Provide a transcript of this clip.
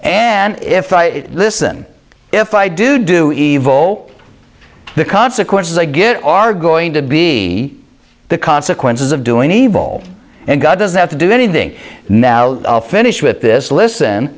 and if i listen if i do do evil the consequences i get are going to be the consequences of doing evil and god doesn't have to do anything now finish with this listen